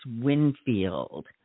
Winfield